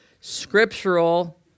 scriptural